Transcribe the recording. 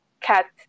cat